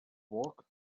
walk